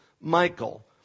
Michael